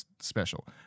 special